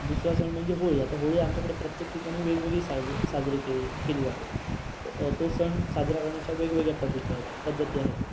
दुसरा सण म्हणजे होळी आता होळी आमच्याकडे प्रत्येक ठिकाणी वेगवेगळी साज साजरी केल् केली जाते तो सण साजरा करण्याच्या वेगवेगळ्या पद्धती आहेत् पद्धती आहेत्